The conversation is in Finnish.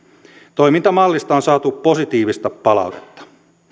toimintamallista on saatu positiivista palautetta